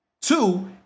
Two